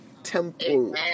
Temple